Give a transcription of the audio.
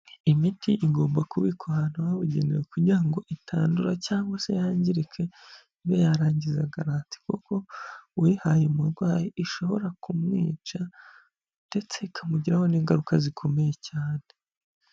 Imiti igomba kubikwa ahantu habugenewe kugira ngo itandura cyangwa se yangirike ibe yarangiza garanti kuko uyihaye umurwayi ishobora kumwica ndetse ikamugiraho n'ingaruka zikomeye cyane.